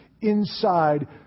inside